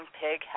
pig